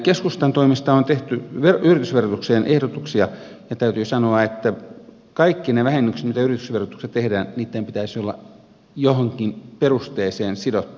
keskustan toimesta on tehty yritysverotukseen ehdotuksia ja täytyy sanoa että kaikkien niitten vähennysten mitä yritysverotuksessa tehdään pitäisi olla johonkin perusteeseen sidottuja